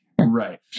Right